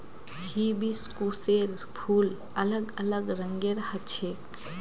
हिबिस्कुसेर फूल अलग अलग रंगेर ह छेक